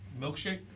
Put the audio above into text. milkshake